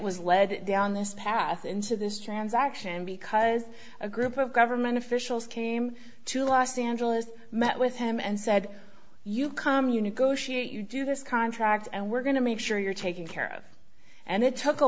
was led down this path into this transaction because a group of government officials came to los angeles met with him and said you come you negotiate you do this contract and we're going to make sure you're taking care of and it took a